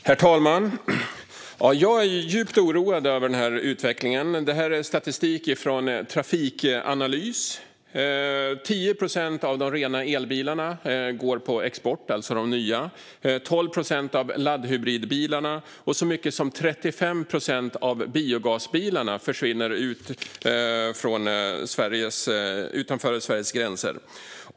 Herr talman! Jag är djupt oroad över utvecklingen. Jag har här med mig statistik från Trafikanalys. Av nya rena elbilar går 10 procent på export. Av laddhybridbilarna går 12 procent på export, och så mycket som 35 procent av biogasbilarna försvinner ut över Sveriges gränser.